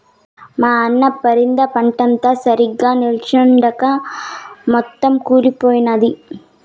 మా అన్న పరింద పంటంతా సరిగ్గా నిల్చొంచక మొత్తం కుళ్లిపోయినాది